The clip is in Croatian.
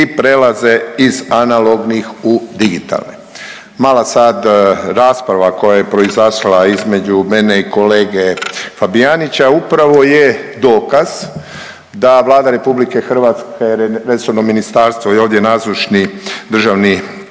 i prelaze iz analognih u digitalne. Mala sad rasprava koja je proizašla između mene i kolege Fabijanića upravo je dokaz da Vlada RH, resorno ministarstvo i ovdje nazočni državni